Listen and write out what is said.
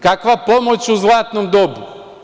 Kakva pomoć u zlatnom dobu?